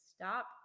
stop